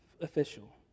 official